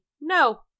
No